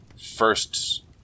first